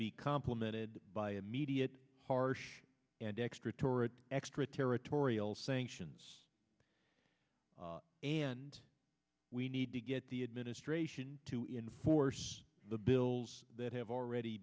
be complemented by immediate harsh and extra torrid extraterritorial sanctions and we need to get the administration to inforce the bills that have already